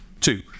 two